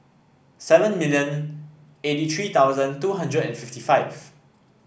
seven million eighty three thousand two hundred and fifty five